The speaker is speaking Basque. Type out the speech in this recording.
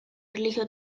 erlijio